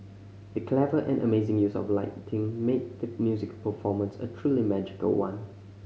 the clever and amazing use of lighting made the musical performance a truly magical one